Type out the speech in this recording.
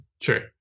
Sure